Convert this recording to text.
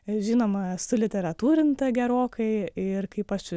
žinoma suliteratūrinta gerokai ir kaip aš